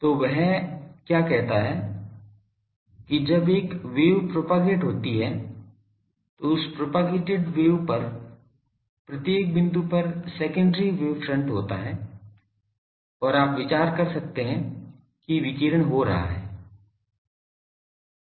तो वह क्या कहता है कि जब एक वेव प्रोपेगेट होती है तो उस प्रोपगैटेड वेव पर प्रत्येक बिंदु पर सेकेंडरी वेव फ्रंट होता है और आप विचार कर सकते हैं कि विकीर्ण हो रहा है